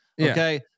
Okay